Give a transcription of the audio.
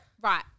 right